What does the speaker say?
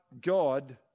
God